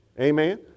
amen